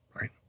Right